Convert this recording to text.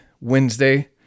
Wednesday